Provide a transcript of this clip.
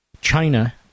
China